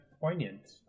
poignant